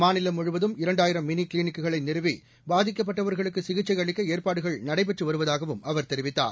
மாநிலம் முழுவதும் இரண்டாயிரம் மிளி க்ளீனிக் குகளை நிறுவி பாதிக்கப்பட்டவர்களுக்கு சிகிச்சை அளிக்க ஏற்பாடுகள் நடைபெற்று வருவதாகவும் அவர் தெரிவித்தார்